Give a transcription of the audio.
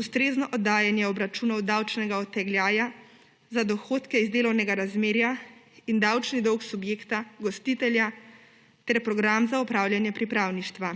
ustrezno oddajanje obračunov davčnega odtegljaja za dohodke iz delovnega razmerja in davčni dolg subjekta gostitelja ter program za opravljanje pripravništva.